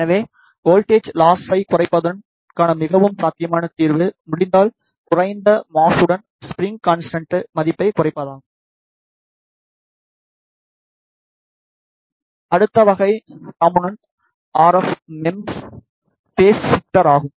எனவே வோல்ட்டேஜ் லாஸை குறைப்பதற்கான மிகவும் சாத்தியமான தீர்வு முடிந்தால் குறைந்த மாஸ்சுடன் ஸ்ப்ரிங் கான்ஸ்டன்ட் மதிப்பைக் குறைப்பதாகும் அடுத்த வகை component RF MEMS phase shift ஆகும்